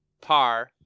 par